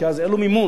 כי אז אין לו מימון.